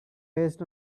based